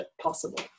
possible